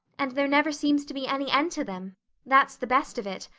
and there never seems to be any end to them that's the best of it.